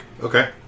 Okay